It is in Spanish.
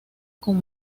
con